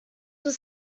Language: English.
was